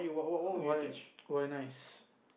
why why nice